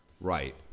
Right